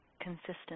consistent